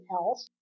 else